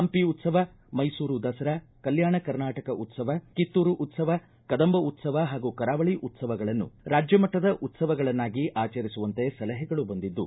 ಹಂಪಿ ಉತ್ಸವ ಮೈಸೂರು ದಸರಾ ಕಲ್ಕಾಣ ಕರ್ನಾಟಕ ಉತ್ಸವ ಕಿತ್ತೂರು ಉತ್ಸವ ಕದಂಬ ಉತ್ಸವ ಹಾಗೂ ಕರಾವಳಿ ಉತ್ಸವಗಳನ್ನು ರಾಜ್ಯ ಮಟ್ಟದ ಉತ್ಸವಗಳನ್ನಾಗಿ ಆಚರಿಸುವಂತೆ ಸಲಹೆಗಳು ಬಂದಿದ್ದು